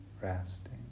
resting